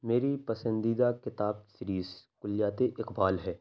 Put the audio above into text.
میری پسندیدہ کتاب سریز کلیات اقبال ہے